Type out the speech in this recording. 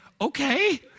okay